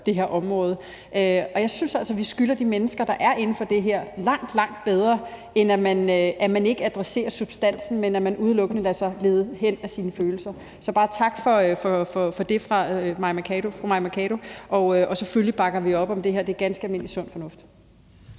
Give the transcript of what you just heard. det her område, og jeg synes altså, at vi skylder de mennesker, der befinder sig inden for de her, noget, der er langt, langt bedre, end at man ikke adresserer substansen, men udelukkende lader sig lede af sine følelser. Så jeg vil bare sige tak for det til fru Mai Mercado, og selvfølgelig bakker vi op om det her. Det er ganske almindelig sund fornuft.